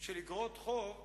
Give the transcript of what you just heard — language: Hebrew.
של איגרות חוב.